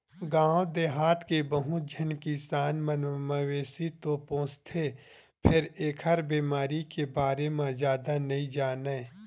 गाँव देहाथ के बहुत झन किसान मन मवेशी तो पोसथे फेर एखर बेमारी के बारे म जादा नइ जानय